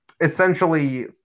essentially